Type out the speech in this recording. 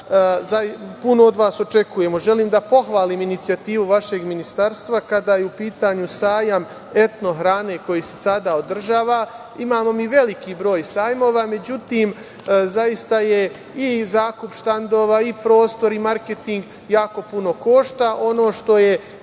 puno od vas očekujemo. Želim da pohvalim inicijativu vašeg ministarstva kada je u pitanju sajam „Etno hrane“, koji se sada održava. Imamo mi veliki broj sajmova. Međutim, zaista i zakup štandova i prostor i marketing jako puno košta.